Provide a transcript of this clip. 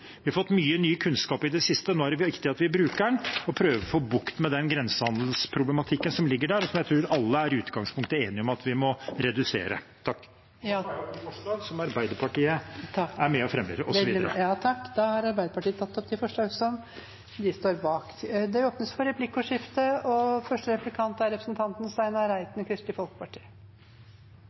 det viktig at vi bruker den og prøver å få bukt med grensehandelsproblematikken som ligger der, og som jeg tror alle i utgangspunktet er enige om at vi må redusere. Jeg tar opp de forslagene som Arbeiderpartiet er med og fremmer. Representanten Terje Aasland har tatt opp de forslagene han refererte til. Det blir replikkordskifte. I dag vil Stortinget enstemmig be regjeringen om snarest mulig å legge fram for Stortinget en egen sak om grensehandel, der det blir drøftet og